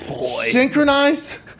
synchronized